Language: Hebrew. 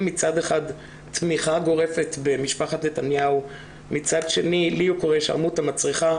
מצד אחד תמיכה גורפת במשפחת נתניהו ומצד שני לי הוא קורא "שרמוטה מסריחה,